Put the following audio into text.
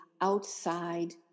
outside